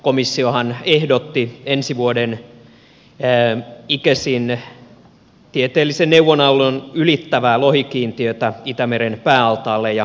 komissiohan ehdotti ensi vuoden icesin tieteellisen neuvonannon ylittävää lohikiintiötä itä meren pääaltaalle ja pohjanlahdelle